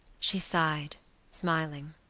she sighed smiling.